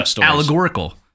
allegorical